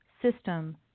System